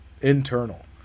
internal